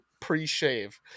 pre-shave